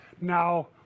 Now